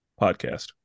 podcast